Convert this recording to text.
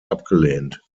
abgelehnt